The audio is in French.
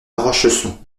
rochesson